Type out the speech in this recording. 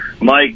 Mike